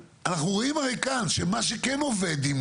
אנחנו רואים הרי כאן שמה שכן עובד,